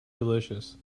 delicious